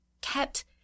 kept